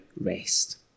rest